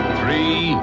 three